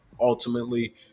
ultimately